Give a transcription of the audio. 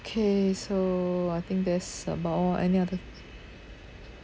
K so I think that's about all any other